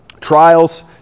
Trials